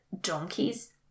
donkey's